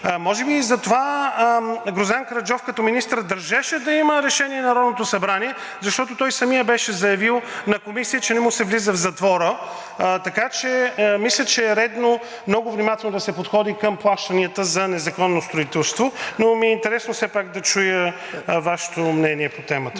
Може би затова Гроздан Караджов като министър държеше да има решение на Народното събрание, защото той самият беше заявил на комисия, че не му се влиза в затвора. Така че мисля, че е редно много внимателно да се подходи към плащанията за незаконно строителство, но ми е интересно все пак да чуя Вашето мнение по темата.